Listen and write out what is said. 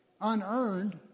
unearned